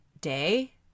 day